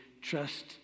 trust